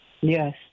Yes